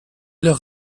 leur